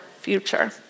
future